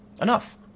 enough